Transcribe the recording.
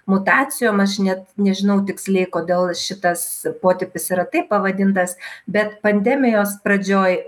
mutacijom aš net nežinau tiksliai kodėl šitas potipis yra taip pavadintas bet pandemijos pradžioj